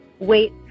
Wait